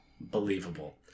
Believable